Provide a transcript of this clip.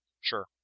sure